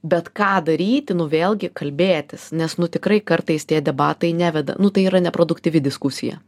bet ką daryti nu vėlgi kalbėtis nes nu tikrai kartais tie debatai neveda nu tai yra ne produktyvi diskusija